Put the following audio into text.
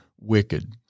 wicked